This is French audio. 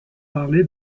parlé